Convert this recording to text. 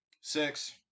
six